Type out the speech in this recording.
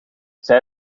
zij